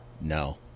no